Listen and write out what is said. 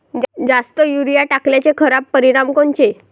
जास्त युरीया टाकल्याचे खराब परिनाम कोनचे?